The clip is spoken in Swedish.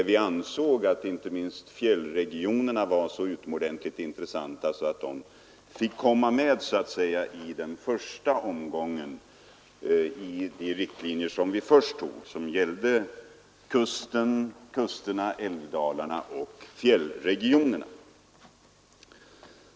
Vi ansåg att inte minst fjällregionerna är så utomordentligt intressanta att de fick komma med redan i den första omgången i de riktlinjer vi tog, för kusterna, älvdalarna och fjällregionerna.